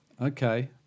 Okay